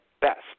best